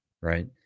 right